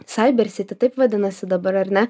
cyber city taip vadinasi dabar ar ne